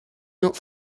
not